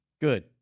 Good